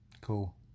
Cool